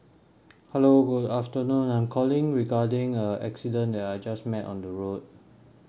hello good afternoon I'm calling regarding a accident that I just met on the road